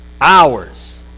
hours